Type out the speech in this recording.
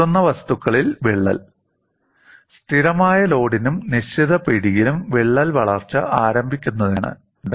പൊട്ടുന്ന വസ്തുക്കളിൽ വിള്ളൽ സ്ഥിരമായ ലോഡിനും നിശ്ചിത പിടിയിലും വിള്ളൽ വളർച്ച ആരംഭിക്കുന്നതിനുള്ള അവസ്ഥ ഒന്നുതന്നെയാണ്